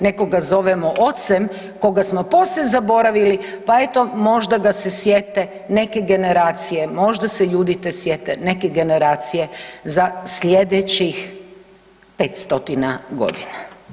Nekoga zovemo ocem, koga smo posve zaboravili, pa eto, možda da se sjete neke generacije, možda se Judite sjete neke generacije za sljedećih 5 stotina godina.